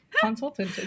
Consultant